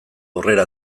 aurrera